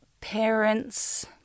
parents